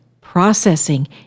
processing